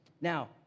now